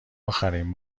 آخرین